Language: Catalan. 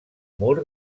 mur